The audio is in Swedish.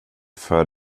för